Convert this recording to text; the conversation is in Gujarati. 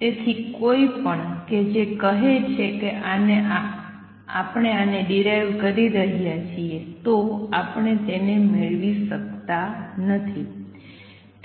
તેથી કોઈપણ કે જે કહે છે કે આપણે આને ડીરાઈવ રહ્યા છીએ તો આપણે તેને મેળવી શકતા નથી